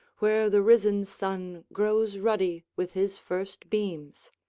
where the risen sun grows ruddy with his first beams.